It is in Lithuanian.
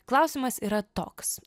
klausimas yra toks